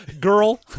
Girl